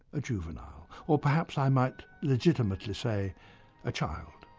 a juvenile, or perhaps i might legitimately say a child.